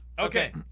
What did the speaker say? Okay